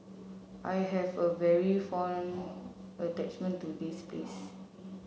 I have a very fond attachment to this place